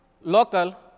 local